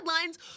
headlines